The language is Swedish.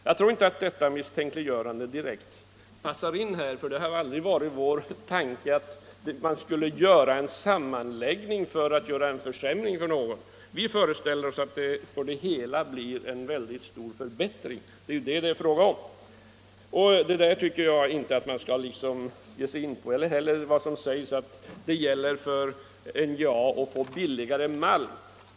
Jag tycker inte att detta misstänkliggörande passar in här; det har aldrig varit vår tanke att göra en sammanläggning för att åstadkomma en försämring för någon, utan vi föreställer oss att det hela blir en stor förbättring i stället. Det är ju det som det är fråga om! Jag tycker inte heller att man skall ge sig in på vad som sägs om att det för NJA gäller att få billigare malm.